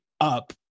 up